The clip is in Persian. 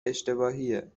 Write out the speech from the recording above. اشتباهیه